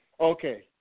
okay